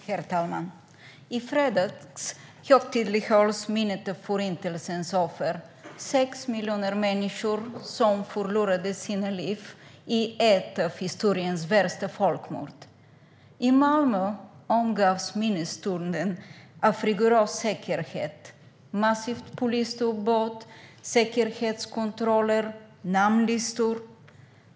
Herr talman! I fredags högtidlighölls minnet av Förintelsens offer: 6 miljoner människor som förlorade sina liv i ett av historiens värsta folkmord. I Malmö omgavs minnesstunden av rigorös säkerhet - massivt polisuppbåd, säkerhetskontroller, namnlistor.